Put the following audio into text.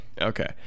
Okay